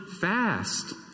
fast